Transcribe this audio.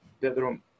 bedroom